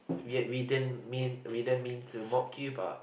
we didn't we didn't mean to mock you but